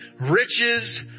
riches